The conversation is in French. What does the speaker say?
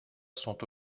sont